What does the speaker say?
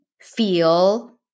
feel